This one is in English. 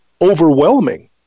overwhelming